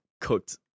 cooked